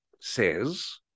says